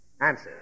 Answer